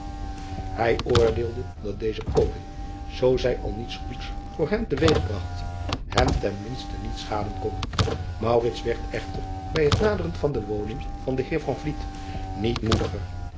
ij oordeelde dat deze poging zoo zij al niets goeds voor hem te weeg bragt hem ten minste niet schaden kon werd echter bij het naderen van de woning van den eer niet moediger